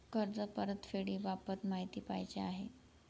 कर्ज परतफेडीबाबत माहिती पाहिजे आहे